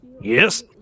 Yes